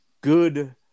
good